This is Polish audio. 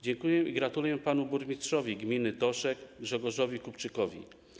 Dziękuję i gratuluję panu burmistrzowi gminy Toszek Grzegorzowi Kupczykowi.